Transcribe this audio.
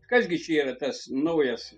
kas gi čia yra tas naujas